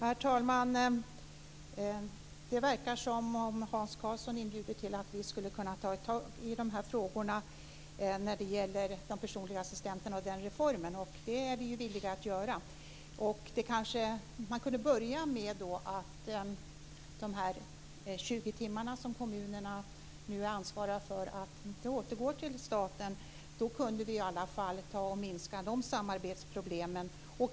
Herr talman! Det verkar som om Hans Karlsson inbjuder till att vi skulle kunna ta tag i frågorna runt den reform som gäller de personliga assistenterna. Det är vi villiga att göra. Man kanske kunde börja med att de 20 timmar som kommunerna nu är ansvariga för återgår till staten. Då kunde vi i alla fall minska de samarbetsproblemen.